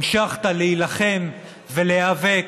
המשכת להילחם ולהיאבק,